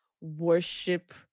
worship